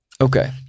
Okay